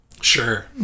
Sure